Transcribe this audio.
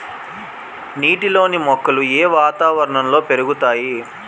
నీటిలోని మొక్కలు ఏ వాతావరణంలో పెరుగుతాయి?